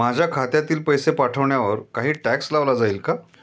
माझ्या खात्यातील पैसे पाठवण्यावर काही टॅक्स लावला जाईल का?